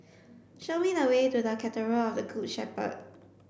show me the way to the Cathedral of the Good Shepherd